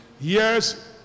yes